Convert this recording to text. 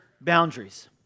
boundaries